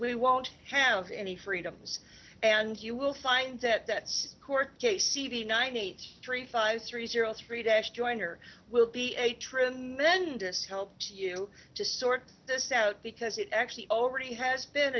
we won't have any freedoms and you will find that that's court case c b nine eight three five three zero three days joyner will be a tremendous help to you to sort this out because it actually already has been